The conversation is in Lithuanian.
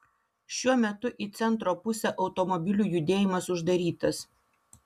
šiuo metu į centro pusę automobilių judėjimas uždarytas